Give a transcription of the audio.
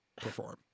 perform